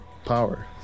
power